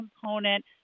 component